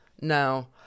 now